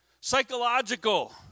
psychological